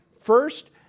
first